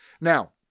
Now